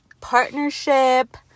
partnership